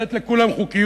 לתת לכולם חוקיות,